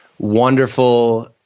wonderful